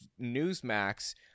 Newsmax